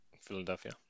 Philadelphia